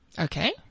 Okay